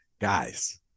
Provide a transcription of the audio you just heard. Guys